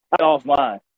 offline